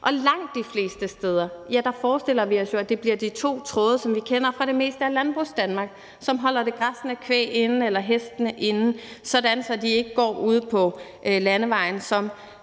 Og langt de fleste steder forestiller vi os jo at det bliver de to tråde, som vi kender fra det meste af Landbrugsdanmark, og som holder det græssende kvæg eller hestene inde, sådan at de ikke går ude på landevejen, som